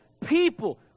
people